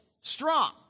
strong